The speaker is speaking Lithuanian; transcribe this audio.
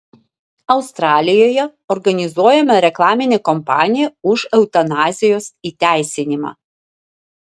australijoje organizuojama reklaminė kampanija už eutanazijos įteisinimą